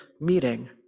meeting